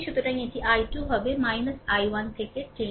সুতরাং এটি I2 হবে I1 থেকে 10